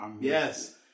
Yes